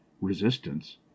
resistance